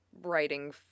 writing